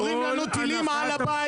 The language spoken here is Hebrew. יורים לנו טילים על הבית,